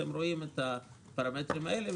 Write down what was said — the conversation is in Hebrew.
אתם רואים את הפרמטרים האלה.